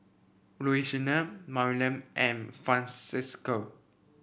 Louisiana Maryann and Francesca